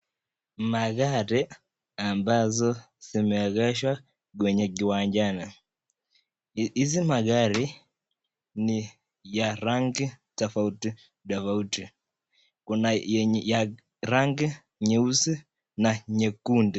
Magari ambazo zimeegeshwa kwenye kiwanjani. Hizi magari ni ya rangi tofauti tofauti. Kuna yenye ya rangi nyeusi na nyekundu.